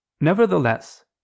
nevertheless